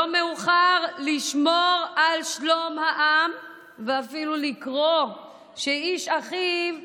לא מאוחר לשמור על שלום העם ואפילו לקרוא שאיש אחיו יאהב.